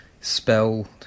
spell